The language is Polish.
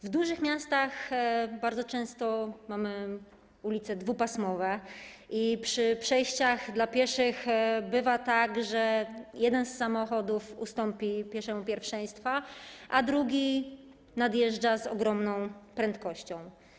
W dużych miastach bardzo często mamy ulice dwupasmowe i przy przejściach dla pieszych bywa tak, że jeden z samochodów ustąpi pieszemu pierwszeństwa, a drugi nadjeżdża z ogromną prędkością.